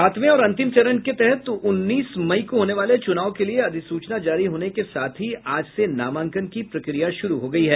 सातवें और अंतिम चरण के तहत उन्नीस मई को होने वाले चूनाव के लिये अधिसूचना जारी होने के साथ ही आज से नामांकन की प्रक्रिया शुरू हो गयी है